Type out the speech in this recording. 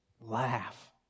Laugh